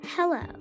Hello